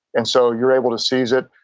and so you're able to seize it.